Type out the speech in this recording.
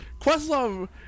Questlove